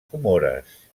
comores